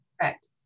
Correct